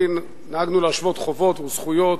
נהגנו להשוות חובות וזכויות,